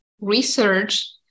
research